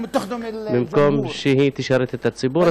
במקום שהיא תשרת את הציבור,